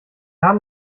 haben